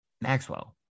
Maxwell